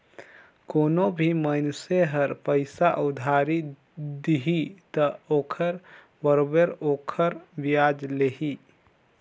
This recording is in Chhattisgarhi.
कोनो भी मइनसे ह पइसा उधारी दिही त ओखर बरोबर ओखर बियाज लेही